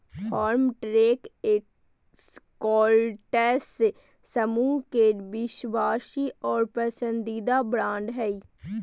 Farmtrac Escorts समूह के विश्वासी और पसंदीदा ब्रांड हइ